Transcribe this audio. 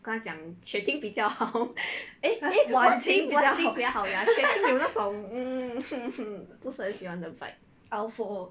wan qing 比较好 I also